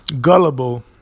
gullible